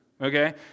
okay